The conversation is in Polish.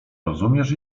rozumiesz